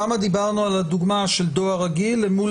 דיברנו על הדוגמה של דואר רגיל אל מול